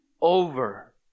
over